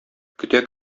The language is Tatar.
көтә